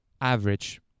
average